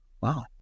Wow